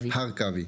הרכבי.